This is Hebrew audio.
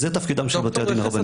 זה תפקידם של בתי הדין הרבניים.